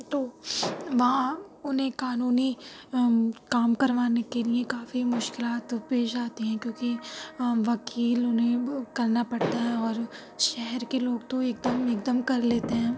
تو وہاں انہیں قانونی کام کروانے کے لیے کافی مشکلات پیش آتی ہیں کیوں کی وکیل انہیں کرنا پڑتا ہے اور شہر کے لوگ تو ایک دم ایک دم کر لیتے ہیں